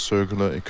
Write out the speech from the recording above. Circular